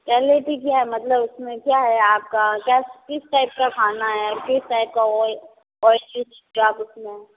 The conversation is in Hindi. पहले भी क्या है मतलब उसमें क्या है आपका क्या किस टाइप का खाना है किस टाइप का ऑइल आप उसमें